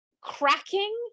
cracking